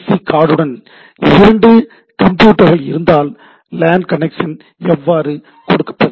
C கார்டுகளுடன் இரண்டு கம்ப்யூட்டர்கள் இருந்தால் லேன் கனெக்சன் எவ்வாறு கொடுப்பது